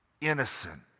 innocent